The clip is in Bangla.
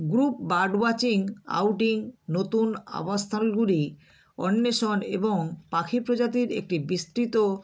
গ্রুপ বার্ড ওয়াচিং আউটিং নতুন আবাসস্থলগুলি অন্বেষণ এবং পাখি প্রজাতির একটি বিস্তৃত